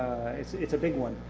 it's it's a big one.